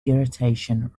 irritation